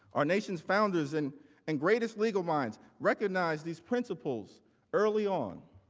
our nations founders and and greatest legal minds recognize these principles early on.